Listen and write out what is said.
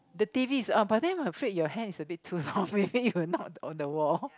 the t_v is on but then I'm afraid your hand is a bit too long maybe you will knock on the wall